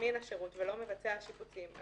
מזמין השירות ולא מבצע השיפוצים.